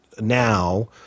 now